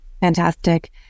Fantastic